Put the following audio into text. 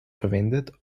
verwendet